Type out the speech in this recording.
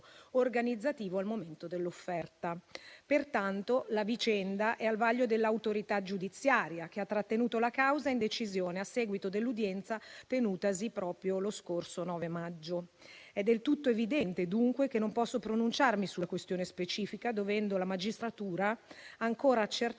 organizzativo al momento dell'offerta. Pertanto, la vicenda è al vaglio dell'autorità giudiziaria, che ha trattenuto la causa in decisione a seguito dell'udienza tenutasi proprio lo scorso 9 maggio. È del tutto evidente, dunque, che non posso pronunciarmi sulla questione specifica dovendo la magistratura ancora accertare